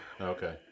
Okay